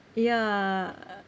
ya